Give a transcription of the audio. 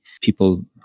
people